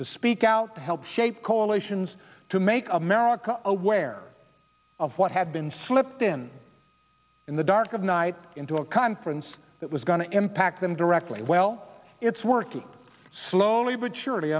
to speak out to help shape coalitions to make america aware of what had been slipped in in the dark of night into a conference that was going to impact them directly well it's working slowly but surely